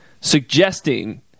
suggesting